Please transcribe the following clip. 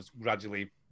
gradually